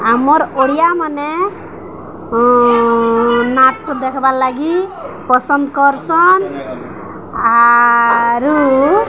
ଆମର୍ ଓଡ଼ିଆମାନେ ନାଚ ଦେଖ୍ବା ଲାଗି ପସନ୍ଦ କରସନ୍ ଆରୁ